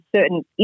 certain